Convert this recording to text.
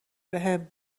بهم